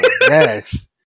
Yes